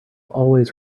always